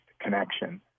connection